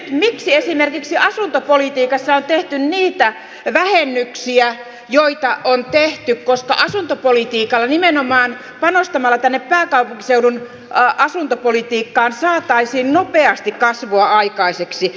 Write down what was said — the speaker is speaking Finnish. miksi esimerkiksi asuntopolitiikassa on tehty niitä vähennyksiä joita on tehty koska asuntopolitiikalla nimenomaan panostamalla tänne pääkaupunkiseudun asuntopolitiikkaan saataisiin nopeasti kasvua aikaiseksi